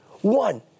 one